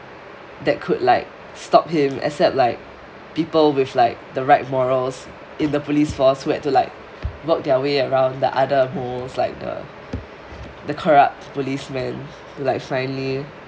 that could like stop him except like people with like the right morals in the police force who had to like work their way around the other holes like the the corrupt policeman like finally